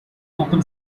open